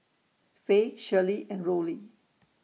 Faye Shirley and Rollie